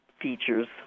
features